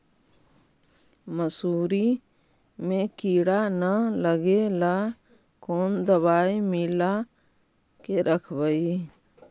मसुरी मे किड़ा न लगे ल कोन दवाई मिला के रखबई?